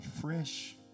fresh